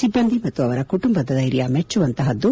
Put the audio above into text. ಸಿಬ್ಬಂದಿ ಮತ್ತು ಅವರ ಕುಟುಂಬದ ಧೈರ್ಯ ಮೆಚ್ಚುವಂತಹದ್ದು